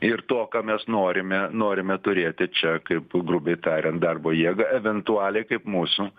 ir to ką mes norime norime turėti čia kaip grubiai tariant darbo jėgą eventualiai kaip mūsų